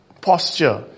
posture